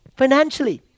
financially